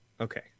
Okay